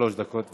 שלוש דקות.